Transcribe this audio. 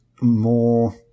more